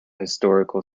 historical